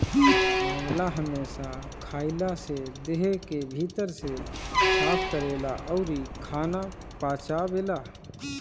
आंवला हमेशा खइला से देह के भीतर से साफ़ करेला अउरी खाना पचावेला